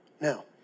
Now